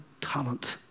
talent